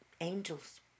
Angels